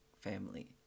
family